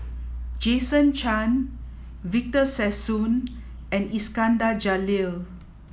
jason Chan Victor Sassoon and Iskandar Jalil